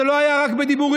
זה לא היה רק בדיבורים,